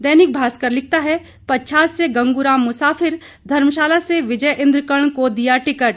दैनिक भास्कर लिखता है पच्छाद से गंगूराम मुसाफिर धर्मशाला से विजयइंद्र कर्ण को दिया टिकट